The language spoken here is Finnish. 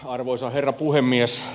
arvoisa herra puhemies